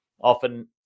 often